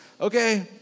okay